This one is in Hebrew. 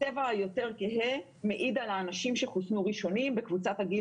הצבע היותר כהה מעיד על האנשים שחוסנו ראשונים בקבוצת הגיל